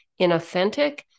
inauthentic